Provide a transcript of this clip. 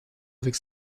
avec